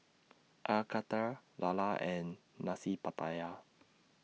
Air Karthira Lala and Nasi Pattaya